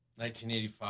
1985